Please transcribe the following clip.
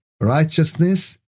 righteousness